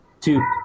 Two